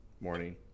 morning